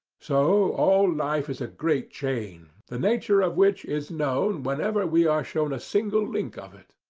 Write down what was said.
so all life is a great chain, the nature of which is known whenever we are shown a single link of it.